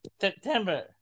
September